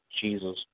Jesus